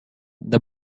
the